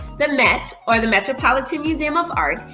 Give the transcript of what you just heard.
the met, or the metropolitan museum of art,